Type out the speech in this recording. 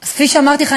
אז כפי שאמרתי לך,